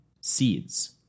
seeds